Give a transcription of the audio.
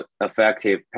effective